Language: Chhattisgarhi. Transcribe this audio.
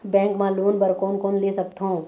बैंक मा लोन बर कोन कोन ले सकथों?